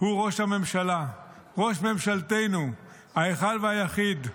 הוא ראש הממשלה, ראש ממשלתנו, האחד והיחיד,